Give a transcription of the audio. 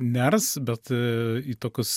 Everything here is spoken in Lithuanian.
ners bet į tokius